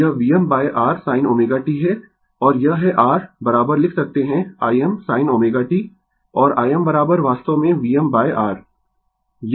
तो यह Vm R sin ω t है और यह है r लिख सकते है Im sin ω t और Im वास्तव में Vm R